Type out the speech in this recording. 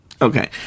Okay